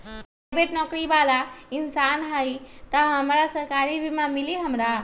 Private नौकरी बाला इंसान हई त हमरा सरकारी बीमा मिली हमरा?